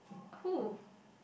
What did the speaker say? who